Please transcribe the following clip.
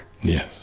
Yes